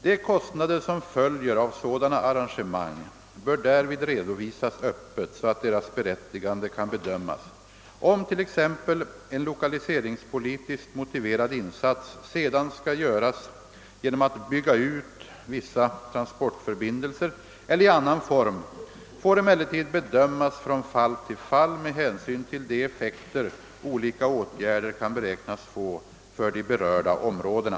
De kostnader som följer av sådana arrangemang bör därvid redovisas öppet så att deras berättigande kan bedömas. Om t.ex. en lokaliseringspolitiskt motiverad insats sedan skall göras genom att bygga ut vissa transportförbindelser eller i annan form får emellertid bedömas från fall till fall med hänsyn till de effekter olika åtgärder kan beräknas få för de berörda områdena.